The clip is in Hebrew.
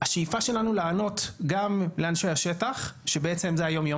השאיפה שלנו לענות גם לאנשי השטח שבעצם זה היומיום